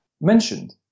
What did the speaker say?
mentioned